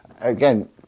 again